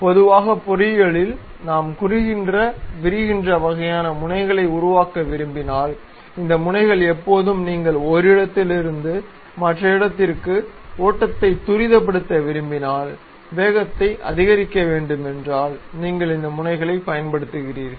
பொதுவாக பொறியியலில் நாம் குறுகுகின்ற விரிகின்ற வகையான முனைகளை உருவாக்க விரும்பினால் இந்த முனைகள் எப்போதும் நீங்கள் ஒரு இடத்திலிருந்து மற்ற இடத்திற்கு ஓட்டத்தை துரிதப்படுத்த விரும்பினால் வேகத்தை அதிகரிக்க வேண்டும் என்றால் நீங்கள் இந்த முனைகளைப் பயன்படுத்துகிறீர்கள்